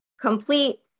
complete